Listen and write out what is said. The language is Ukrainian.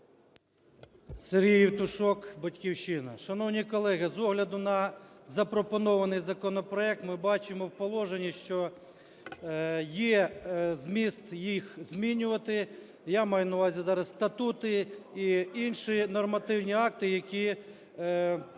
СергійЄвтушок, "Батьківщина". Шановні колеги, з огляду на запропонований законопроект, ми бачимо в положенні, що є зміст їх змінювати, я маю на увазі зараз статути і інші нормативні акти, які потрібно